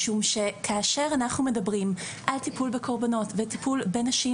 משום שכאשר אנחנו מדברים על טיפול בקורבנות וטיפול בנשים,